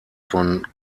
von